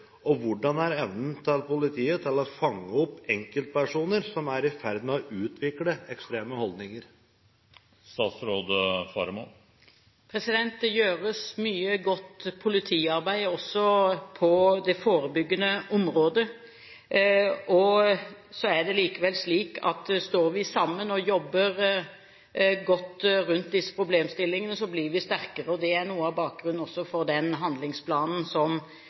og hvordan er politiets evne til å fange opp enkeltpersoner som er i ferd med å utvikle ekstreme holdninger? Det gjøres mye godt politiarbeid også på det forebyggende området. Så er det likevel slik at står vi sammen og jobber godt med disse problemstillingene, blir vi sterkere. Det er noe av bakgrunnen også for den handlingsplanen